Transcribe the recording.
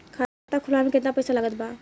खाता खुलावे म केतना पईसा लागत बा?